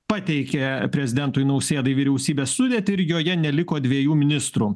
pateikė prezidentui nausėdai vyriausybės sudėtį ir joje neliko dviejų ministrų